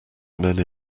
men